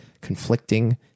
conflicting